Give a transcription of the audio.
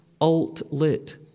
Alt-Lit